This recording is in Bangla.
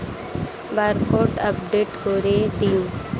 বারকোড আপডেট করে দিন?